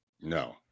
no